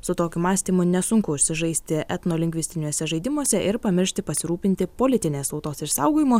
su tokiu mąstymu nesunku užsižaisti etnolingvistiniuose žaidimuose ir pamiršti pasirūpinti politinės tautos išsaugojimu